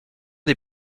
des